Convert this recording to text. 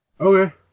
Okay